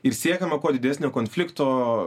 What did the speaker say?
ir siekiama kuo didesnio konflikto